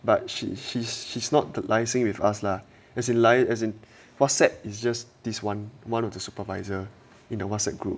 but she she's she's not the liasing with us lah as in liase as in Whatsapp is just this one one of the supervisor in a Whatsapp group